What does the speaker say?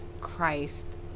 Christ